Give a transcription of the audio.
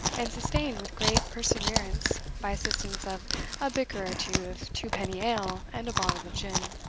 and sustained with great perseverance by assistance of a bicker or two of twopenny ale and a bottle of gin.